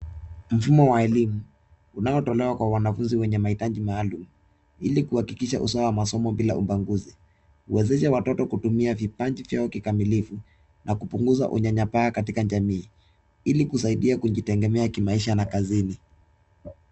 Mfumo wa elimu unaotolewa kwa wanafunzi wenye mahitaji maalum ili kuhakikisha usawa wa masomo bila ubaguzi uwezesha watoto kutumia vipaji vyao kikamilifu na kupunguza unyanyapaa katika jamii ili kusaidia kujitegemea kimaisha na kazini.